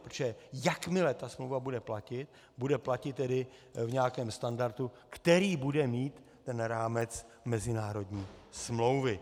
Protože jakmile smlouva bude platit, bude platit v nějakém standardu, který bude mít ten rámec mezinárodní smlouvy.